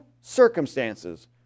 circumstances